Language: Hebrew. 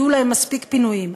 יהיו להם מספיק פינויים.